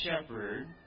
shepherd